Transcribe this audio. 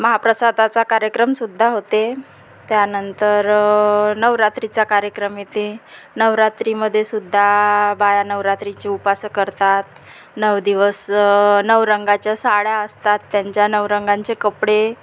महाप्रसादाचा कार्यक्रमसुद्धा होते त्यानंतर नवरात्रीचा कार्यक्रम येते नवरात्रीमध्येसुद्धा बाया नवरात्रीचे उपास करतात नऊ दिवस नऊ रंगाच्या साड्या असतात त्यांच्या नऊ रंगांचे कपडे